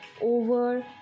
over